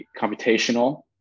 computational